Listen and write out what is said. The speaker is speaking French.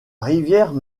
rivière